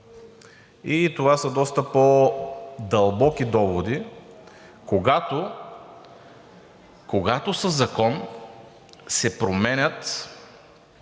и това са доста по-дълбоки доводи, когато със закон се променят